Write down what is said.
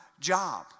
job